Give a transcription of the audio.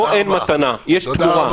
פה אין מתנה יש תמורה.